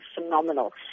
phenomenal